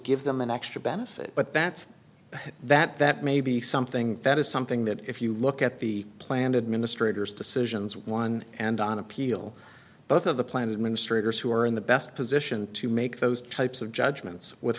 give them an extra benefit but that's that that may be something that is something that if you look at the planned administrators decisions one and on appeal both of the plan administrator who are in the best position to make those types of judgments with